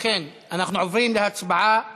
לכן אנחנו עוברים להצבעה